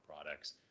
products